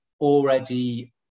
already